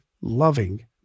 loving